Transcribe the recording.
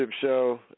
show